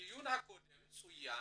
בדיון הקודם צוין